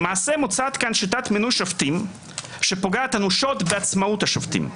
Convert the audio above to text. למעשה מוצעת כאן שיטת מינוי שופטים שפוגעת אנושות בעצמאות השופטים.